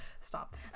Stop